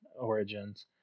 origins